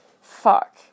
fuck